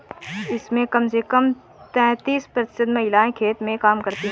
इसमें कम से कम तैंतीस प्रतिशत महिलाएं खेत में काम करती हैं